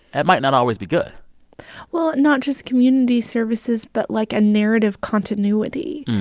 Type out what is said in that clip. that might not always be good well, not just community services but, like, a narrative continuity.